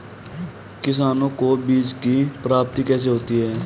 किसानों को बीज की प्राप्ति कैसे होती है?